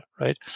right